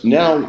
now